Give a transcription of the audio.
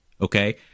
okay